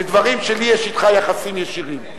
בדברים שלי יש אתך יחסים ישירים.